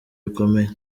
bikomeye